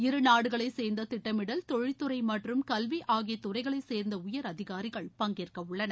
இரு நாடுகளைச் சேர்ந்த திட்டமிடல் தொழில் துறை மற்றும் கல்வி ஆகிய துறைகளைச் சேர்ந்த உயர் அதிகாரிகள் பங்கேற்கவுள்ளனர்